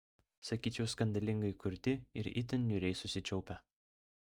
sakyčiau skandalingai kurti ir itin niūriai susičiaupę